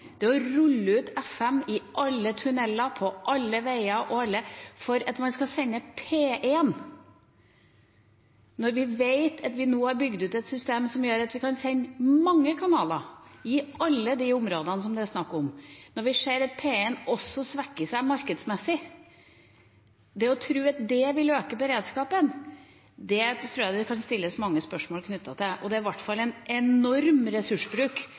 rulle ut FM i alle tunneler og langs alle veier fordi man skal sende P1 – når vi vet vi nå har bygd ut et system som gjør at vi kan sende mange kanaler i alle de områdene det er snakk om, og når vi ser at P1 også svekkes markedsmessig – og tro at det vil øke beredskapen, tror jeg det kan stilles mange spørsmål ved. Det er i hvert fall en enorm ressursbruk